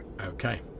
Okay